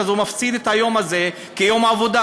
הוא מפסיד את היום הזה כיום עבודה.